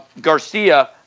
Garcia